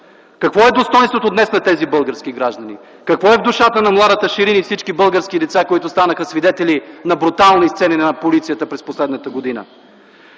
Какво е достойнството днес на тези български граждани?! Какво е в душата на младата Шерин и всички български деца, които станаха свидетели на брутални сцени на полицията през последната година?!